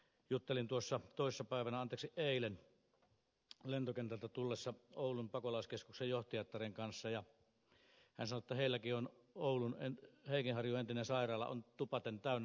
juttelin tuossa eilen lentokentältä tullessa oulun pakolaiskeskuksen johtajattaren kanssa ja hän sanoi että heilläkin on oulun heikinharjun entinen sairaala tupaten täynnä